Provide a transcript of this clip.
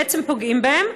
בעצם פוגעים בהן.